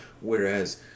Whereas